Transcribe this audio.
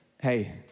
Hey